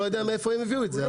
לא יודע מאיפה הם הביאו את זה.